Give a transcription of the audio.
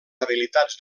habilitats